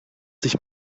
sich